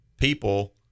people